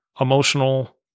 emotional